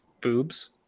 boobs